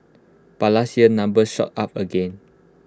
but last year numbers shot up again